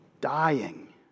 dying